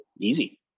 easy